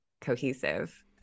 cohesive